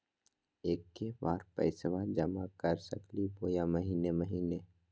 एके बार पैस्बा जमा कर सकली बोया महीने महीने?